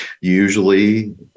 usually